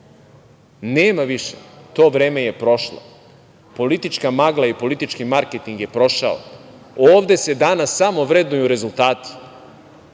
Nema više, to vreme je prošlo. Politička magla i politički marketing je prošao. Ovde se danas samo vrednuju rezultati,